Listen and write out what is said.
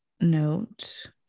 note